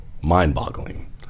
mind-boggling